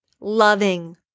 loving